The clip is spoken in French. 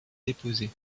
déposée